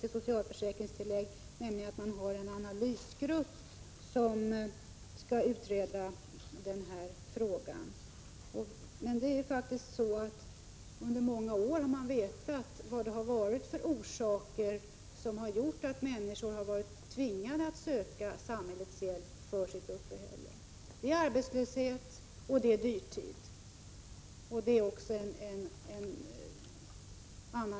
Det senaste alibit är det att man har en analysgrupp som skall utreda frågan. Under många år har man emellertid vetat vad som har tvingat människor att söka samhällets hjälp för sitt uppehälle. Det är arbetslöshet, dyrtid och utslagning.